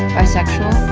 bisexual,